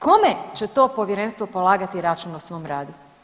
Kome će to povjerenstvo polagati račun o svom radu?